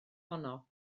honno